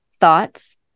thoughts